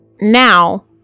now